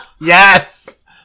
Yes